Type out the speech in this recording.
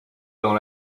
dans